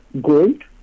gold